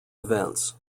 events